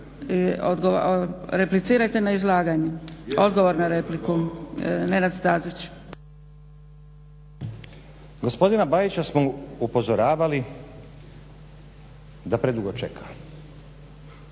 Replicirajte na izlaganje. Odgovor na repliku Nenad Stazić. **Stazić, Nenad (SDP)** Gospodin Bajića smo upozoravali da predugo čeka.